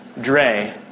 Dre